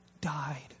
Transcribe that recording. died